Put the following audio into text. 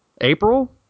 April